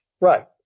Right